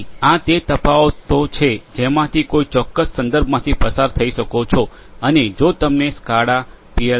તેથી આ તે તફાવતો છે જેમાંથી કોઈ ચોક્કસ સંદર્ભમાં પસાર થઈ શકો છો અને જો તમને સ્કાડા પી